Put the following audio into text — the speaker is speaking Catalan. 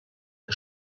que